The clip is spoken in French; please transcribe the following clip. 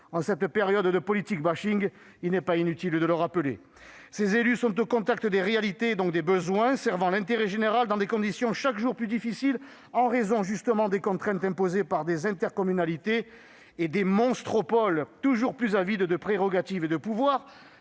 En cette période de politique bashing, il n'est pas inutile de le rappeler. Ces élus sont au contact des réalités et, donc, des besoins, servant l'intérêt général dans des conditions chaque jour plus difficiles en raison justement des contraintes imposées par des intercommunalités et des monstropoles toujours plus avides de prérogatives et de pouvoirs,